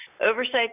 Oversight